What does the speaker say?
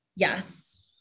Yes